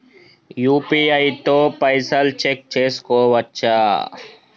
UPI తో పైసల్ check చేసుకోవచ్చా?